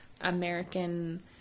American